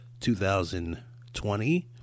2020